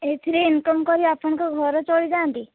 ଏଥିରେ ଇନକମ୍ କରି ଆପଣଙ୍କ ଘର ଚଳି ଯାଆନ୍ତି